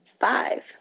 Five